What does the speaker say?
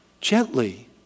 Gently